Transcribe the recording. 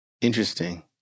Interesting